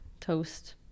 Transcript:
toast